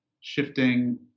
shifting